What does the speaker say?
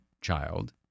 child